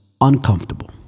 uncomfortable